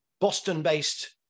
Boston-based